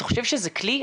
אתה חושב שזה כלי?